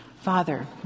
Father